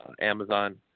Amazon